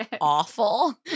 awful